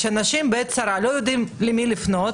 אנשים בעת צרה לא יודעים למי לפנות,